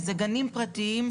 זה גנים פרטיים,